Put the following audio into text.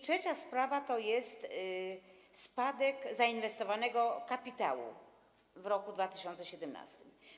Trzecia sprawa to jest spadek zainwestowanego kapitału w roku 2017.